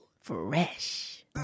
Fresh